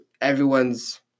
everyone's